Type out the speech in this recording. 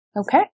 Okay